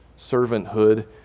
servanthood